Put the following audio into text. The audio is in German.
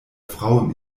frau